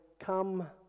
come